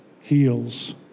heals